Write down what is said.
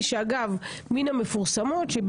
מן המפורסמות,